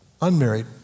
unmarried